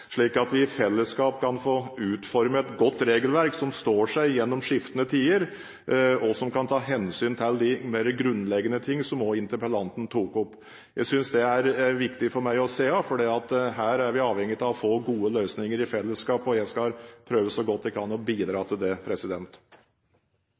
slik at vi i fellesskap kan få utformet et godt regelverk som står seg gjennom skiftende tider, og som kan ta hensyn til de mer grunnleggende ting som også interpellanten tok opp. Det er viktig for meg å si det, for her er vi avhengig av å få gode løsninger i fellesskap – og jeg skal prøve så godt jeg kan å bidra